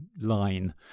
line